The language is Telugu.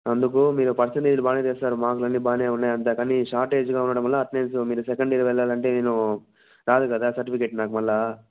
అందుకు మీరు ఫస్టు నీరిడి బాగానే తెచ్చుకున్నారు మార్కులు అన్ని బాగానే ఉన్నాయి అంతా కానీ షార్టేజ్గా ఉండడం వల్ల అటెండెన్స్ మీరు సెకండ్ ఇయర్ వెళ్ళాలంటే నేను రాదు కదా సర్టిఫికెట్ నాకు మళ్ళీ